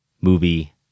movie